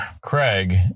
craig